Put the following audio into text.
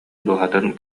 дууһатын